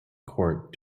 court